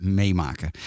meemaken